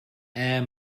air